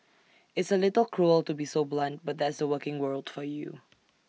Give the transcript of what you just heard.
it's A little cruel to be so blunt but that's the working world for you